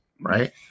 Right